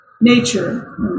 nature